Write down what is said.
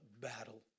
battle